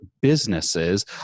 businesses